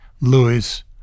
Louis